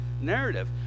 narrative